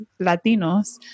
Latinos